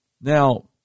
Now